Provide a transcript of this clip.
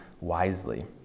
wisely